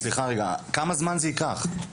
כמה זמן זה ייקח?